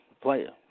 player